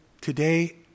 today